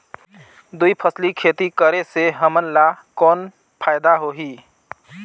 दुई फसली खेती करे से हमन ला कौन फायदा होही?